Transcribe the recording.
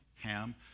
Ham